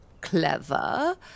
Clever